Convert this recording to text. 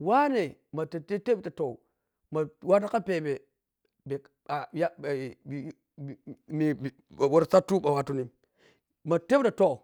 wanne mata ti tepgo toh ma watu ka pebe mbo wara sattu in wattunin ɓho tepga toh.